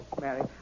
Mary